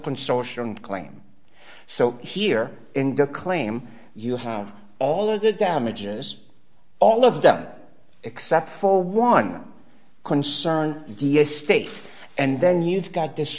consortium claim so here in the claim you have all of the damages all of them except for one concern yes state and then you've got this